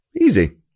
Easy